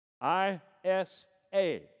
I-S-A